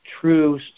true